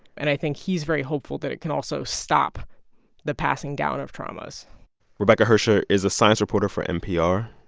and i think he's very hopeful that it can also stop the passing passing down of traumas rebecca hersher is a science reporter for npr.